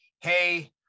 hey